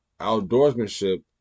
Outdoorsmanship